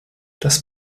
das